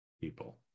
people